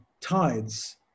tides